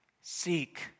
seek